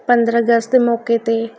ਪੰਦਰ੍ਹਾਂ ਅਗਸਤ ਦੇ ਮੌਕੇ 'ਤੇ